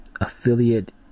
affiliate